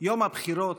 יום הבחירות,